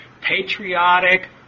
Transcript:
patriotic